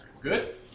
Good